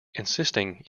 insisting